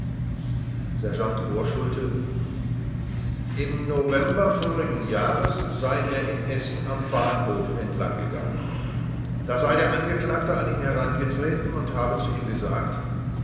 sergeant borschulte im november v j sei er in essen am bahnhof entlang gegangen da sei der angeklagte an ihn herangetreten und habe zu ihm gesagt